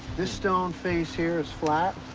this stone face here is flat,